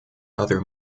other